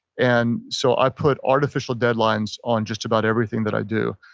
and so i put artificial dead limes on just about everything that i do.